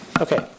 Okay